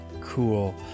Cool